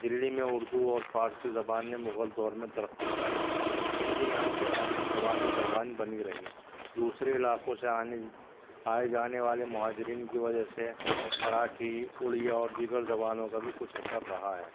دلی میں اردو اور فارسی زبان نے مغل دور میں ترقی پائی ہندی یہاں کی عوام عوامی زبان بنی رہی دوسرے علاقوں سے آنےج آئے جانے والے مہاجرین کی وجہ سے مراٹھی اڑیا اور دیگر زبانوں کا بھی کچھ اثر رہا ہے